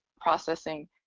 processing